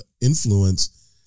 influence